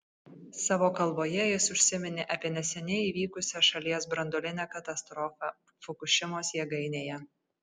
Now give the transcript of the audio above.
savo kalboje jis užsiminė apie neseniai įvykusią šalies branduolinę katastrofą fukušimos jėgainėje